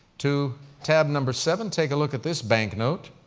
to tab number seven. take a look at this banknote.